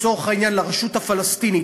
לצורך העניין לרשות הפלסטינית,